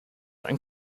and